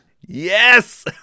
Yes